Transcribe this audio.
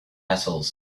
metals